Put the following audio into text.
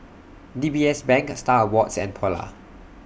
D B S Bank STAR Awards and Polar